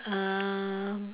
uh